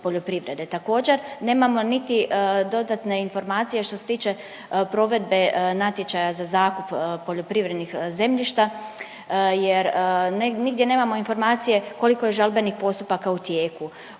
Također nemamo niti dodatne informacije što se tiče provedbe natječaja za zakup poljoprivrednih zemljišta jer nigdje nemamo informacije koliko je žalbenih postupaka u tijeku,